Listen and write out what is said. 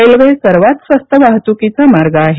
railway सर्वात स्वस्त वाहतुकीचा मार्ग आहे